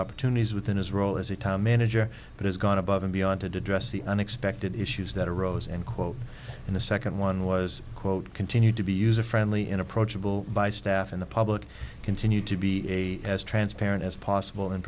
opportunities within his role as a town manager but has gone above and beyond to dress the unexpected issues that arose and quote in the second one was quote continued to be user friendly and approachable by staff in the public continue to be a as transparent as possible and